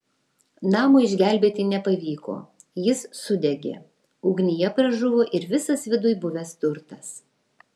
namo išgelbėti nepavyko jis sudegė ugnyje pražuvo ir visas viduj buvęs turtas